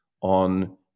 on